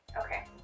Okay